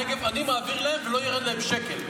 את תקציבי הרשות לפיתוח הנגב אני מעביר להם ולא ירד להם שקל.